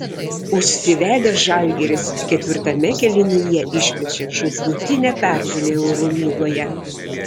užsivedęs žalgiris ketvirtame kėlinyje išplėšė žūtbūtinę pergalę eurolygoje